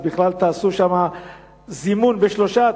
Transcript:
אז בכלל תעשו שם זימון בשלושה.